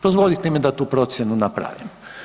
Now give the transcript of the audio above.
Dozvolite mi da tu procjenu napravim.